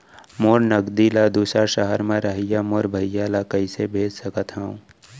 मोर नगदी ला दूसर सहर म रहइया मोर भाई ला कइसे भेज सकत हव?